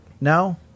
now